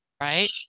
right